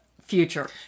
future